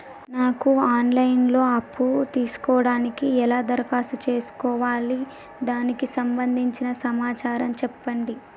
నాకు online లో అప్పు తీసుకోవడానికి ఎలా దరఖాస్తు చేసుకోవాలి దానికి సంబంధించిన సమాచారం చెప్పండి?